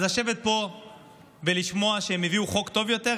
אז לשבת פה ולשמוע שהם הביאו חוק טוב יותר,